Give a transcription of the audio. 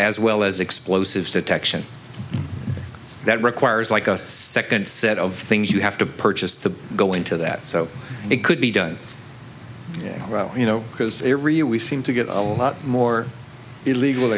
as well as explosives detection that requires like a second set of things you have to purchase to go into that so it could be done you know because every year we seem to get a lot more illegal